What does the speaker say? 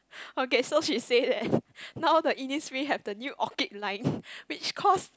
ok so she said that now the Innisfree has the new orchid line which cost